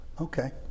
Okay